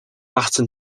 latin